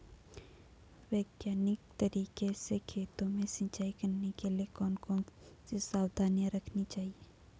वैज्ञानिक तरीके से खेतों में सिंचाई करने के लिए कौन कौन सी सावधानी रखनी चाहिए?